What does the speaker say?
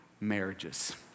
marriages